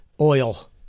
oil